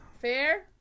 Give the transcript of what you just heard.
Fair